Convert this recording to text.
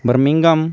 Birmingham